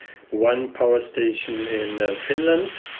one power station in finland,